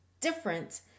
different